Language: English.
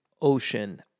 ocean